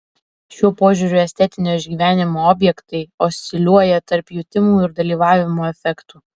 šiuo požiūriu estetinio išgyvenimo objektai osciliuoja tarp jutimų ir dalyvavimo efektų